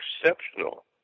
exceptional